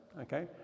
Okay